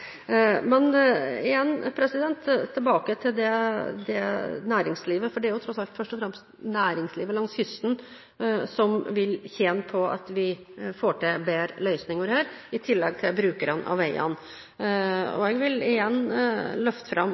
Men igjen tilbake til næringslivet, for det er tross alt først og fremst næringslivet langs kysten, i tillegg til brukerne av veiene, som vil tjene på at vi får til bedre løsninger her. Jeg vil igjen løfte fram